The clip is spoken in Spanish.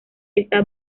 está